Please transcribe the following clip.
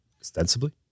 Ostensibly